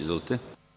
Izvolite.